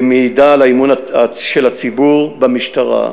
והיא מעידה על האמון של הציבור במשטרה.